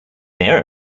error